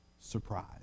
Surprise